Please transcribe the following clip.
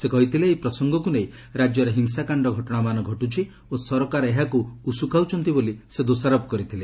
ସେ କହିଥିଲେ ଏହି ପ୍ରସଙ୍ଗକୁ ନେଇ ରାଜ୍ୟରେ ହିଂସାକାଣ୍ଡ ଘଟଣାମାନ ଘଟୁଛି ଓ ସରକାର ଏହାକୁ ଉସକାଉଛନ୍ତି ବୋଲି ସେ ଦୋଷାରୋପ କରିଥିଲେ